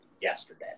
yesterday